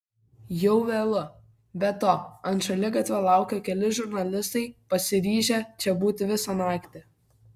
jau vėlu be to ant šaligatvio laukia keli žurnalistai pasiryžę čia būti visą naktį